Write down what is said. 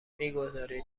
میگذارید